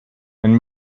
and